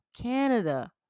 Canada